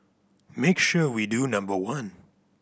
make sure we do number one